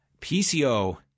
PCO